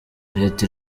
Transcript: leta